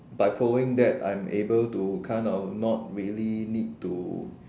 by following that I'm able to kind of not really need to